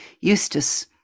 Eustace